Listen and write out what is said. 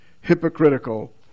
hypocritical